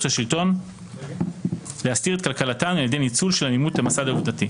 השלטון להסתיר את קלקלתן על ידי ניצול של עימות המסד העובדתי".